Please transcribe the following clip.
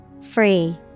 Free